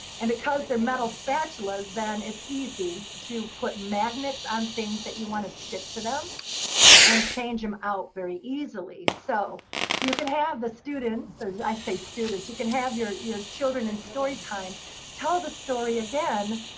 and because they're metal spatulas, then it's easy to put magnets on things that you want to stick to them and change them out very easily. so you can have the students so i say students. you can have your your children in story time tell the story again.